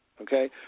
okay